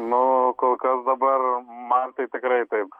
nu kol kas dabar man tai tikrai taip